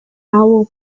owl